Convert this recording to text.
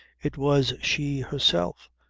it was she, herself,